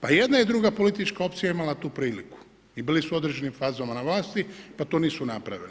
Pa i jedna i druga politička opcija je imala tu priliku i bili su u određenim fazama na vlasti pa to nisu napravili.